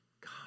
God